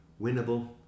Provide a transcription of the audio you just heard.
winnable